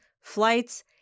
flights